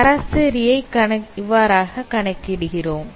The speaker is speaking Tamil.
சராசரியை இவ்வாறாக கணிக்கிறோம்